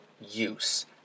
use